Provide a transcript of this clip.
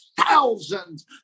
thousands